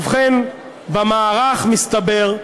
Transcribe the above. ובכן, במערך, מסתבר,